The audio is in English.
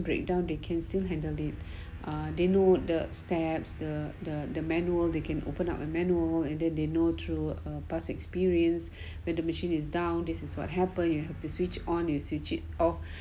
breakdown they can still handle it are they know the steps the the the manual they can open up a manual and then they know through a past experience with the machine is down this is what happen you have to switch on you switch it off